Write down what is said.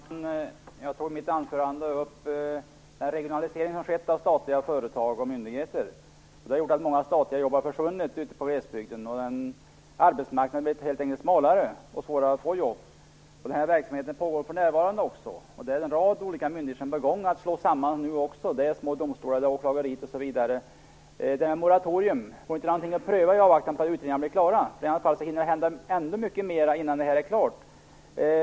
Fru talman! Jag tog i mitt anförande upp den regionalisering som skett av statliga företag och myndigheter. Den har gjort att många statliga jobb har försvunnit ute i glesbygden. Arbetsmarknaden har helt enkelt blivit smalare, och det har blivit svårare att få jobb. Den här verksamheten pågår även för närvarande. Det finns en rad olika myndigheter där en sammanslagning är på gång - små domstolar, åklagare osv. Vore inte det moratorium vi föreslår någonting att pröva i avvaktan på att utredningarna blir klara? I annat fall hinner det hända ännu mycket mer innan det här är klart.